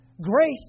Grace